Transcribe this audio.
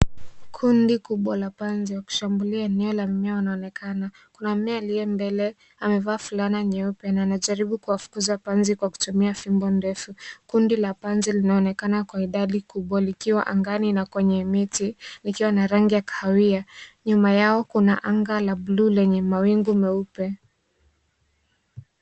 Kundi kubwa la panzi yakushambulia eneo la mimea wanaonekana. Kuna mwanaume aliye mbele amevaa fulana nyeupe na najaribu kuwafukuza panzi kwa kutumia fimbo ndefu. Kundi la panzi linaonekana kwa idadi kubwa likiwa angani na kwenye miti, likiwa na rangi ya kahawia. Nyuma yao kuna anga la bluu lenye mawingu meupe.